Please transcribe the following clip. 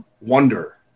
wonder